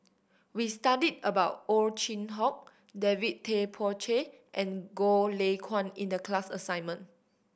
we studied about Ow Chin Hock David Tay Poey Cher and Goh Lay Kuan in the class assignment